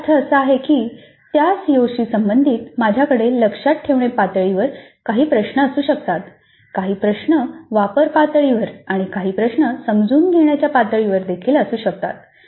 याचा अर्थ असा की त्या सीओशी संबंधित माझ्याकडे लक्षात ठेवणे पातळीवर काही प्रश्न असू शकतात काही प्रश्न वापर पातळीवर आणि काही प्रश्न समजून घेण्याच्या पातळीवर देखील असू शकतात